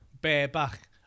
bareback